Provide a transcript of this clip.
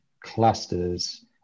clusters